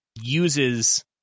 uses